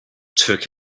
took